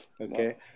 okay